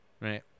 right